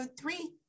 three